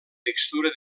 textura